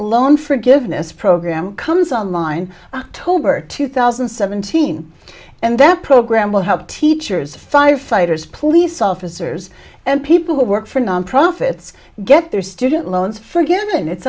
loan forgiveness program comes on line tobar two thousand and seventeen and that program will help teachers firefighters police officers and people who work for nonprofits get their student loans for given it